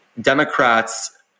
Democrats